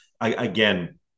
again